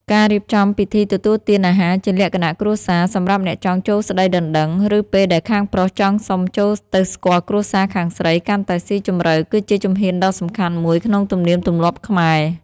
ការរៀបចំពិធីទទួលទានអាហារជាលក្ខណៈគ្រួសារ សម្រាប់អ្នកចង់ចូលស្ដីដណ្ដឹង ឬពេលដែលខាងប្រុសចង់សុំចូលទៅស្គាល់គ្រួសារខាងស្រីកាន់តែស៊ីជម្រៅ គឺជាជំហានដ៏សំខាន់មួយក្នុងទំនៀមទម្លាប់ខ្មែរ។